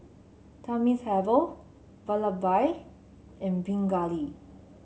Thamizhavel Vallabhbhai and Pingali